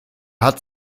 hat